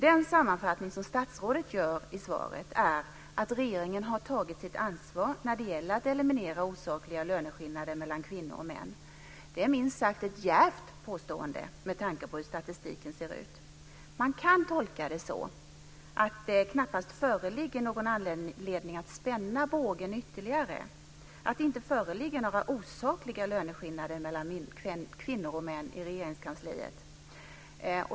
Den sammanfattning som statsrådet gör i svaret är att regeringen har tagit sitt ansvar när det gäller att eliminera osakliga löneskillnader mellan kvinnor och män. Det är minst sagt ett djärvt påstående med tanke på hur statistiken ser ut. Man kan tolka det som att det knappast föreligger någon anledning att spänna bågen ytterligare, att det inte föreligger några osakliga löneskillnader mellan kvinnor och män i Regeringskansliet.